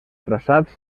traçats